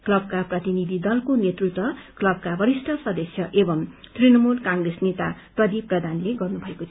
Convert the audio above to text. क्लबका प्रतिनिधि दलको नेतृत्व क्लबका वरिष्ठ सदस्य एव तृणमूल कांग्रेस नेता प्रदीप प्रदाानले गर्नुमएको थियो